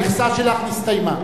המכסה שלך נסתיימה.